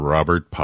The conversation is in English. Robert